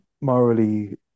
morally